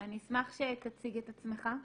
אני אשמח שתציג את עצמך,